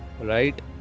right